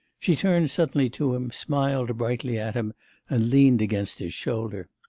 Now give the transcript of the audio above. she turned suddenly to him, smiled brightly at him and leant against his shoulder.